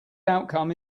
outcome